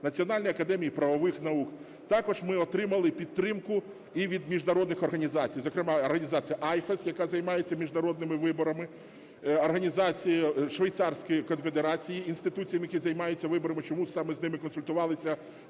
Національної академії правових наук. Також ми отримали підтримку і від міжнародних організацій, зокрема організації IFES, яка займається міжнародними виборами, Швейцарської Конфедерації, інституції, які займаються виборами. Чому саме з ними консультувалися?